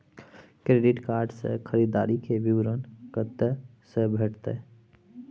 Credit card से खरीददारी के विवरण कत्ते से भेटतै?